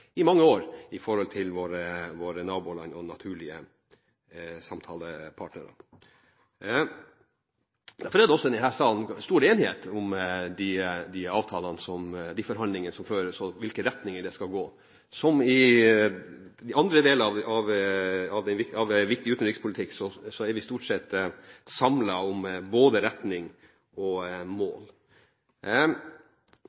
i mange år – det skal sies – i forhold til våre naboland og naturlige samtalepartnere. Derfor er det i denne salen stor enighet om de forhandlinger som føres, og i hvilken retning det skal gå. Som i de andre delene av vår viktige utenrikspolitikk står vi stort sett samlet om både retning og